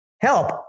help